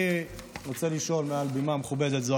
אני רוצה לשאול מעל במה מכובדת זו,